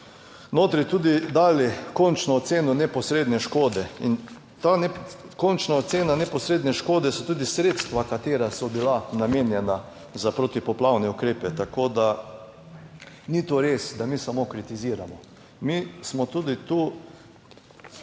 notri tudi dali končno oceno neposredne škode in ta končna ocena neposredne škode so tudi sredstva, katera so bila namenjena za protipoplavne ukrepe. Tako da, ni to res, da mi samo kritiziramo. Mi smo tudi tu